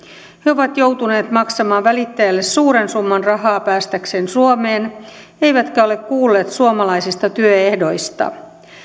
he ovat joutuneet maksamaan välittäjälle suuren summan rahaa päästäkseen suomeen eivätkä ole kuulleet suomalaisista työehdoista